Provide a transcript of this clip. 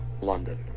London